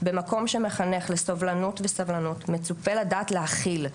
במקום שמחנך לסובלנות וסבלנות מצופה לדעת להכיל,